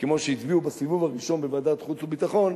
כמו שהצביעו בסיבוב הראשון בוועדת חוץ וביטחון,